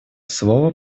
слово